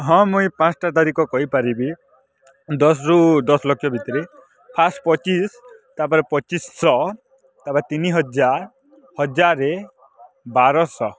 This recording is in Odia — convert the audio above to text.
ହଁ ମୁଁ ଏ ପାଞ୍ଚଟା ତାରିଖ କହିପାରିବି ଦଶରୁ ଦଶ ଲକ୍ଷ ଭିତରେ ଫାର୍ଷ୍ଟ ପଚିଶି ତାପରେ ପଚିଶି ଶହ ତାପରେ ତିନି ହଜାର ହଜାରେ ବାର ଶହ